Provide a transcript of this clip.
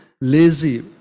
lazy